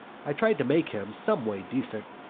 i tried to make him someway decent.